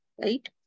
right